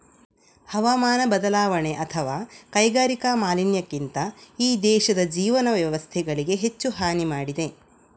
ಹವಾಮಾನ ಬದಲಾವಣೆ ಅಥವಾ ಕೈಗಾರಿಕಾ ಮಾಲಿನ್ಯಕ್ಕಿಂತ ಈ ದೇಶದ ಜೀವನ ವ್ಯವಸ್ಥೆಗಳಿಗೆ ಹೆಚ್ಚು ಹಾನಿ ಮಾಡಿದೆ